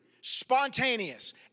spontaneous